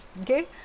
okay